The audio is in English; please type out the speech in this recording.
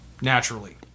naturally